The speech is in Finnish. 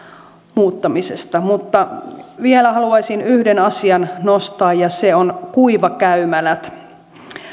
muuttamisesta mutta vielä haluaisin yhden asian nostaa ja se on kuivakäymälät